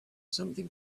something